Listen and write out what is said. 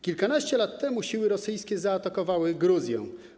Kilkanaście lat temu siły rosyjskie zaatakowały Gruzję.